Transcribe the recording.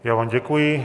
Já vám děkuji.